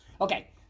Okay